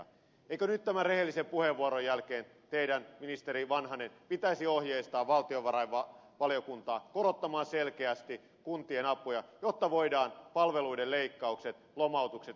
eikö nyt tämän rehellisen puheenvuoron jälkeen teidän ministeri vanhanen pitäisi ohjeistaa valtiovarainvaliokuntaa korottamaan selkeästi kuntien apuja jotta voidaan palveluiden leikkaukset lomautukset välttää